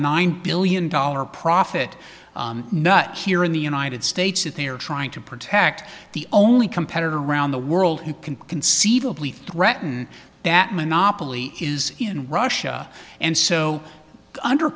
nine billion dollar profit nut here in the united states that they are trying to protect the only competitor around the world who can conceivably threaten that monopoly is in russia and so under